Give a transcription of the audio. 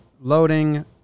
loading